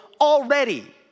already